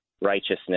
righteousness